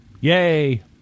yay